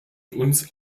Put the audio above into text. uns